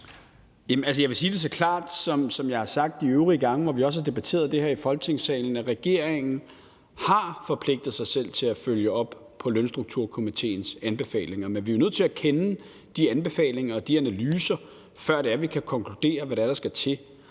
Jeg vil sige det så klart, som jeg har sagt det de øvrige gange, hvor vi har debatteret det her i Folketingssalen: Regeringen har forpligtet sig selv til at følge op på Lønstrukturkomitéens anbefalinger. Men vi er jo nødt til at kende de anbefalinger og de analyser, før vi kan konkludere, hvad det er, der skal til.